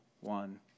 one